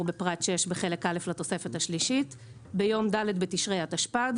בפרט 6 בחלק א' לתוספת השלישית, ביום ד' בתשרי התשפ"ד